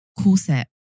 corset